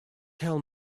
tell